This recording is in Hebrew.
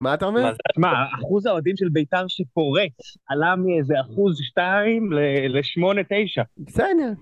מה אתה אומר? מה? אחוז האהודים של ביתר שפורץ עלה מאיזה אחוז 2 ל-8-9 בסדר